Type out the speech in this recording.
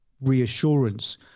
reassurance